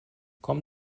komm